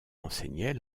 enseignait